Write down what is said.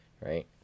Right